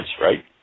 right